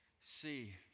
see